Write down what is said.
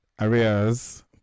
areas